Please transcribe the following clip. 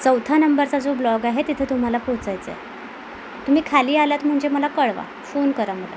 चौथ्या नंबरचा जो ब्लॉक आहे तिथे तुम्हाला पोहोचायचं आहे तुम्ही खाली आलात म्हणजे मला कळवा फोन करा मला